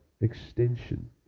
extension